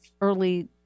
early